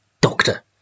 doctor